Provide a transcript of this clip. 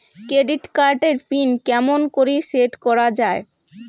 Credit card এর PIN কেমন করি সেট করা য়ায়?